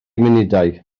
munudau